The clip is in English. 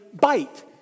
bite